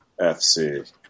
FC